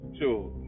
Sure